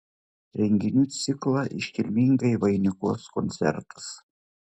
renginių ciklą iškilmingai vainikuos koncertas